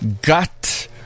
gut